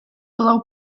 low